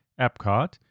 Epcot